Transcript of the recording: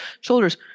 shoulders